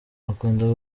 akunda